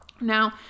Now